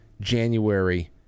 January